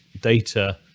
data